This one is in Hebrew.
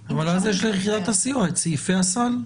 אפשר --- אבל אז יש ליחידת הסיוע את סעיפי הסל.